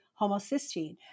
homocysteine